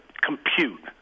compute